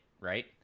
right